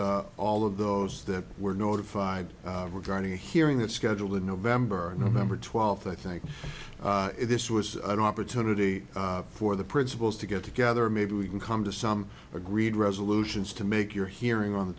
with all of those that were notified regarding a hearing that's scheduled in november november twelfth i think this was an opportunity for the principals to get together maybe we can come to some agreed resolutions to make your hearing on the